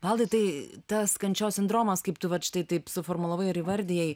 valdai tai tas kančios sindromas kaip tu vat štai taip suformulavai ir įvardijai